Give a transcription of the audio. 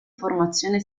formazione